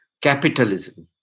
capitalism